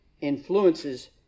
influences